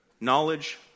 Knowledge